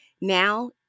Now